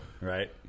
right